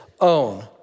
own